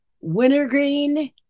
wintergreen